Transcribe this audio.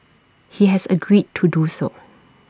he has agreed to do so